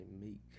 Meek